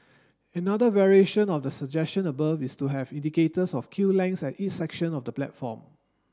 another variation of the suggestion above is to have indicators of queue lengths at each section of the platform